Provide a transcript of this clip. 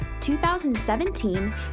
2017